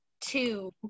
two